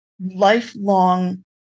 lifelong